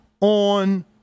on